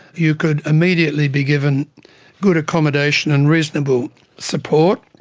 you could immediately be given good accommodation and reasonable support,